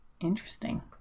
Interesting